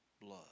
blood